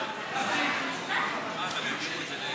220 והוראות שעה), התשע"ו 2016, נתקבל.